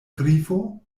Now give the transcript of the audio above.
grifo